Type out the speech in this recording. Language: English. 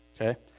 Okay